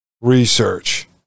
research